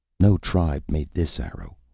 no tribe made this arrow,